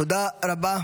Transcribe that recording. תודה רבה.